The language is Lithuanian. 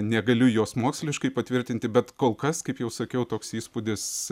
negaliu jos moksliškai patvirtinti bet kol kas kaip jau sakiau toks įspūdis